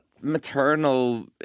Maternal